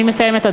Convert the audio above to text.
אני מסיימת,